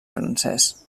francès